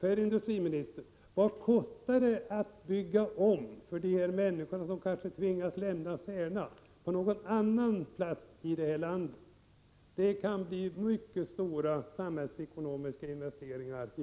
Vad kostar det inte, industriministern, för de människor som kanske tvingas lämna Särna att börja om på någon annan ort i landet? De samhällsekonomiska kostnaderna kan bli mycket stora i det avseendet.